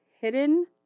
hidden